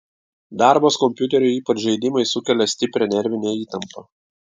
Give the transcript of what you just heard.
darbas kompiuteriu ypač žaidimai sukelia stiprią nervinę įtampą